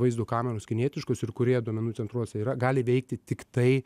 vaizdo kameros kinietiškos ir kurie duomenų centruose yra gali veikti tiktai